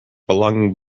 belonging